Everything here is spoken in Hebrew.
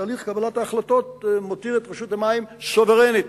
שתהליך קבלת ההחלטות מותיר את רשות המים סוברנית,